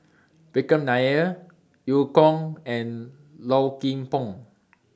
Vikram Nair EU Kong and Low Kim Pong